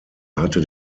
hatte